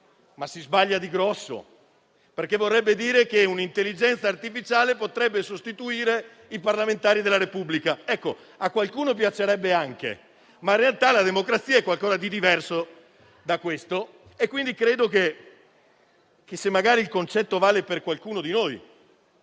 si sbaglia di grosso, perché vorrebbe dire che un'intelligenza artificiale potrebbe sostituire i parlamentari della Repubblica. Ecco, a qualcuno piacerebbe anche, ma in realtà la democrazia è qualcosa di diverso da questo. Quindi credo che, se magari il concetto che sarebbe meglio